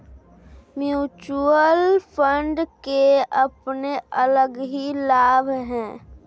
mutual fund के अपने अलग ही लाभ हैं